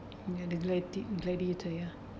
ya the gladi~ gladiator you